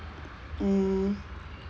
hmm